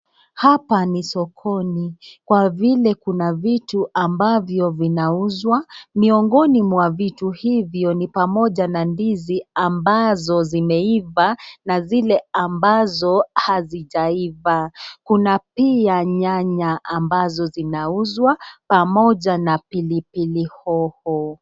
Hapa ni sokoni, kwa vile kuna vitu ambavyo vinauzwa, miongoni mwa vitu hivyo ni pamoja na ndizi ambazo zimeiva na zile ambazo hazija iva. Kuna pia nyanya ambazo zina uzwa pamoja na pilipili hoho.